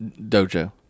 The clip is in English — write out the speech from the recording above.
dojo